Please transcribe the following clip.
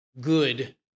good